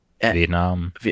vietnam